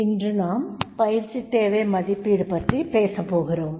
இன்று நாம் பயிற்சி தேவை மதிப்பீடு பற்றி பேசப்போகிறோம்